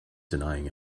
denying